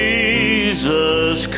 Jesus